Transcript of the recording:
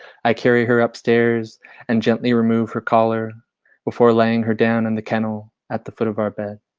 i carry her upstairs and generally remove her collar before laying her down in the kennel at the foot of our bed.